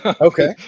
okay